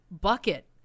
bucket